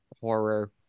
horror